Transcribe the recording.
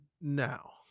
now